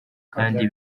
kandi